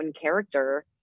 character